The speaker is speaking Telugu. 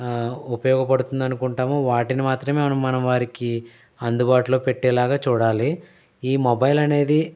ఉపయోగపడుతుంది అనుకుంటామో వాటిని మాత్రమే మనం వారికి అందుబాటులో పెట్టేలాగా చూడాలి ఈ మొబైల్ అనేది